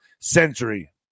century